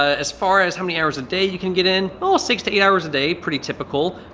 ah as far as how many hours a day you can get in, almost six to eight hours a day pretty typical.